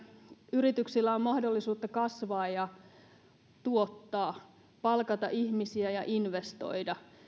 yrityksillä on mahdollisuutta kasvaa ja tuottaa palkata ihmisiä ja investoida